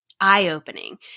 eye-opening